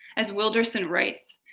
as wilderson writes,